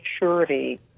maturity